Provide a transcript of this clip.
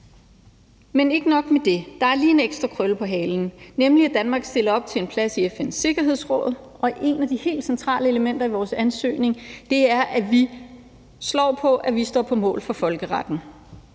Men ikke nok med det – for der er lige en ekstra krølle på halen – stiller Danmark op til en plads i FN's Sikkerhedsråd, og et af de helt centrale elementer i vores ansøgning er, at vi slår på, at vi står på mål for folkeretten.